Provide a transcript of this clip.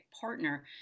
partner